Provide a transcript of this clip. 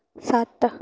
ਸੱਤ